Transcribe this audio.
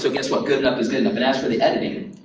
so guess what, good enough is good enough. but as for the editing,